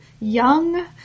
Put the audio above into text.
young